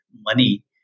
money